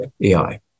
AI